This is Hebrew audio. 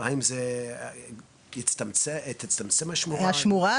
האם תצטמצם השמורה?